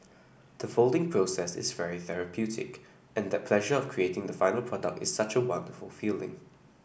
the folding process is very therapeutic and that pleasure of creating the final product is such a wonderful feeling